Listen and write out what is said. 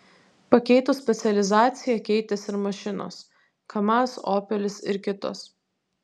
pakeitus specializaciją keitėsi ir mašinos kamaz opelis ir kitos